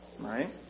Right